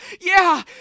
Yeah